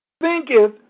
Thinketh